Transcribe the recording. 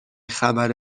خبر